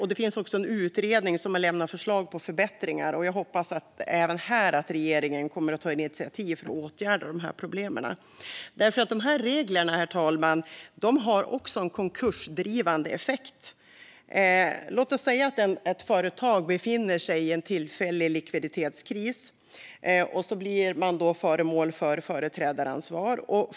Det finns också en utredning som har lämnat förslag på förbättringar, och jag hoppas även här att regeringen kommer att ta initiativ för att åtgärda problemen. Dessa regler har nämligen en konkursdrivande effekt, herr talman. Låt oss säga att ett företag befinner sig i tillfällig likviditetskris, och så blir man föremål för företrädaransvar.